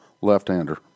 left-hander